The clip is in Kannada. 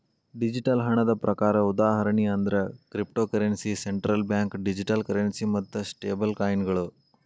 ಡಿಜಿಟಲ್ ಹಣದ ಪ್ರಕಾರ ಉದಾಹರಣಿ ಅಂದ್ರ cryptocurrency, central bank digital currency ಮತ್ತ ಸ್ಟೇಬಲ್ಕಾಯಿನ್ಗಳ